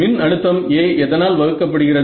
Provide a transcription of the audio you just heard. மின் அழுத்தம் A எதனால் வகுக்கப்படுகிறது